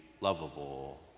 lovable